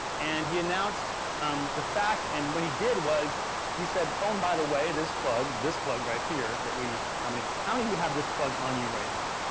and he announced um the fact, and what he did was he said that phone by the way, this plug, this plug right here that we how many, how i mean you have this plug on you right now?